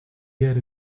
get